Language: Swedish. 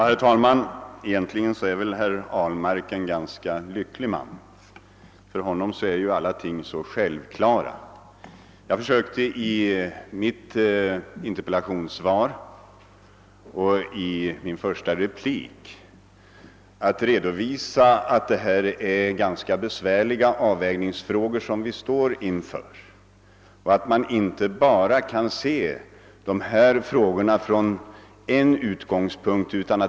Herr talman! Egentligen är väl herr Ahlmark en ganska lycklig man: för honom är alla ting så självklara. Jag försökte i mitt interpellationssvar och i min första replik att redovisa att det är ganska besvärliga avvägningsfrågor som vi står inför och att vi inte bara kan se dem från en utgångspunkt.